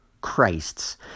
Christs